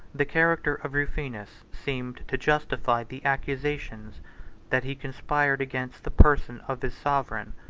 the character of rufinus seemed to justify the accusations that he conspired against the person of his sovereign,